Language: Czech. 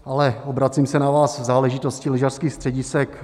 Ale obracím se na vás v záležitosti lyžařských středisek.